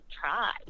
try